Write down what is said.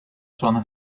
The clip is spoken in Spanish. zona